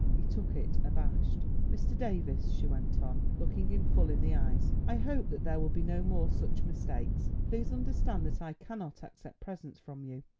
he took it, abashed. mr. davies, she went on, looking him full in the eyes, i hope that there will be no more such mistakes. please understand that i cannot accept presents from you.